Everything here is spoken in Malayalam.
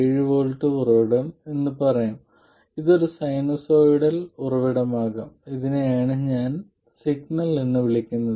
7 V ഉറവിടം എന്ന് പറയാം ഇത് ഒരു സിനുസോയ്ഡൽ ഉറവിടമാകാം ഇതിനെയാണ് ഞാൻ സിഗ്നൽ എന്ന് വിളിക്കുന്നത്